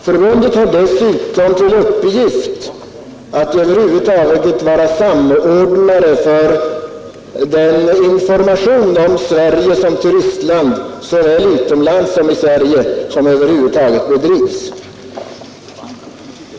Förbundet har till uppgift att vara samordnare för den information om Sverige som turistland som bedrivs såväl utomlands som i Sverige.